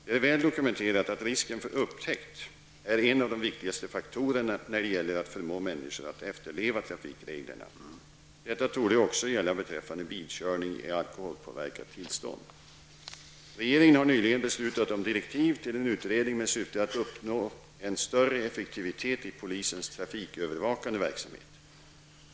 Det är väl dokumenterat att risken för upptäkt är en av de viktigaste faktorerna när det gäller att förmå människor att efterleva trafikreglerna. Detta torde också gälla beträffande bilkörning i alkoholpåverkat tillstånd. Regeringen har nyligen beslutat om direktiv till en utredning med syfte att uppnå en större effektivitet i polisens trafikövervakande verksamhet.